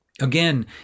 Again